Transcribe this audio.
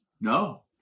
No